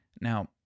Now